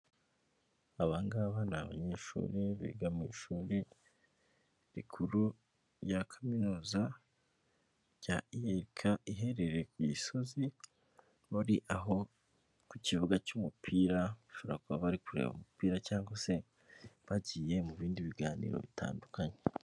Aba ngaba bari abanyeshuri biga mu ishuri rikuru rya kaminuza rya iyerika, iherereye ku Gisozi, bari aho ku kibuga cy'umupira, bashobora kuba bari kureba umupira cyangwa se bagiye mu bindi biganiro bitandukanye.